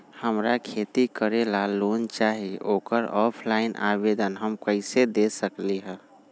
हमरा खेती करेला लोन चाहि ओकर ऑफलाइन आवेदन हम कईसे दे सकलि ह?